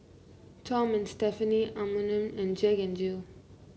Tom and Stephanie Anmum and Jack N Jill